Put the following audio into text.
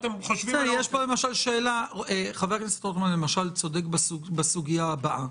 חבר הכנסת רוטמן צודק למשל בסוגיה הבאה: